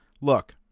Look